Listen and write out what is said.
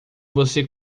você